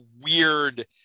weird